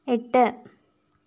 എട്ട്